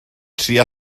trïa